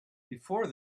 before